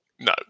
no